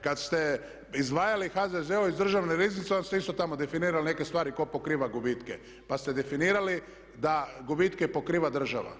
Kad ste izdvajali HZZO iz Državne riznice onda ste isto tamo definirali neke stvari tko pokriva gubitke, pa ste definirali da gubitke pokriva država.